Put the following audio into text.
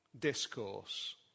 discourse